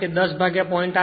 કારણ કે 10 ભાગ્યા 0